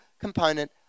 component